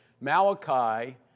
Malachi